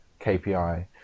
KPI